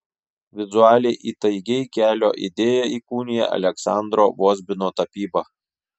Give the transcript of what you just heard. vizualiai įtaigiai kelio idėją įkūnija aleksandro vozbino tapyba